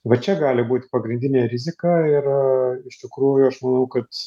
va čia gali būt pagrindinė rizika ir iš tikrųjų aš manau kad